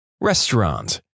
Restaurant